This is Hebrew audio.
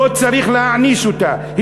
לא צריך להעניש אותה.